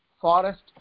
forest